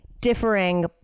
differing